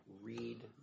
read